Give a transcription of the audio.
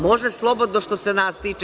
Može slobodno, što se nas tiče.